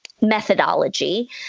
methodology